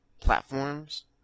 platforms